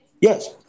Yes